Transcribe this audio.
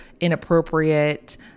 inappropriate